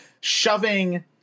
shoving